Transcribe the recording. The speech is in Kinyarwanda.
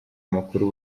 makuru